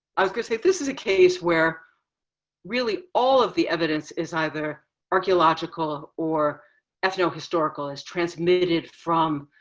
i was gonna say, this is a case where really all of the evidence is either archeological or ethnohistorical is transmitted from,